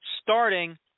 starting